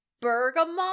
bergamot